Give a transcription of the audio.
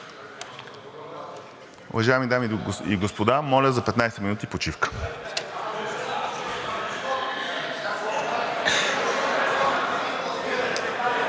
Уважаеми дами и господа, моля за 15 минути почивка.